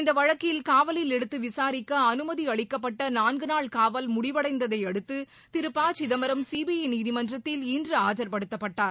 இந்த வழக்கில் காவலில் காவலில் எடுத்து விசாரிக்க அனுமதி அளிக்கப்பட்ட நான்கு நாள் காவல் முடிவடைந்ததையடுத்து திரு ப சிதம்பரம் சிபிஐ நீதிமன்றத்தில் இன்று ஆஜர்படுத்தப்பட்டார்